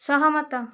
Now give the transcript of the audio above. ସହମତ